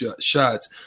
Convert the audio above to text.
shots